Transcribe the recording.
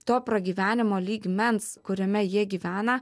to pragyvenimo lygmens kuriame jie gyvena